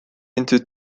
into